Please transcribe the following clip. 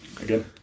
again